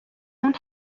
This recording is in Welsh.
mewn